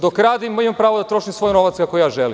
Dok radim, imam pravo da trošim svoj novac kako ja želim.